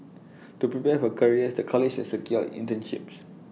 to prepare for careers the college has secured internships